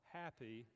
happy